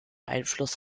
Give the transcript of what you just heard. einfluss